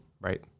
Right